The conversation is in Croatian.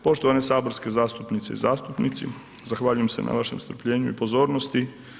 Poštovane saborske zastupnice i zastupnici, zahvaljujem se na vašem strpljenju i pozornosti.